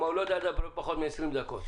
כי הוא לא יודע לדבר פחות מ-20 דקות.